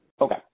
Okay